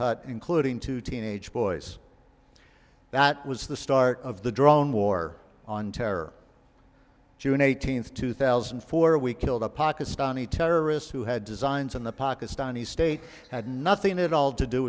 hut including two teenage boys that was the start of the drone war on terror june eighteenth two thousand and four we killed a pakistani terrorist who had designs on the pakistani state had nothing at all to do